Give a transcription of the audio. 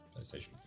PlayStation